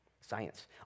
Science